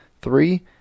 three